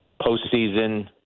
postseason